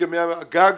הסכמי הגג.